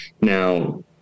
Now